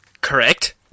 Correct